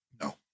No